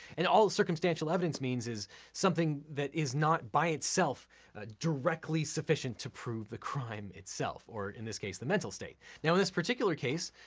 and all that circumstantial evidence means is something that is not by itself directly sufficient to prove the crime itself, or in this case, the mental state. now in this particular case,